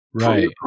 Right